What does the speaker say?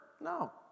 No